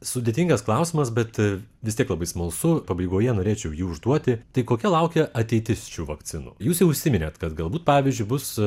sudėtingas klausimas bet vis tiek labai smalsu pabaigoje norėčiau jį užduoti tai kokia laukia ateitis šių vakcinų jūs jau užsiminėte kad galbūt pavyzdžiui bus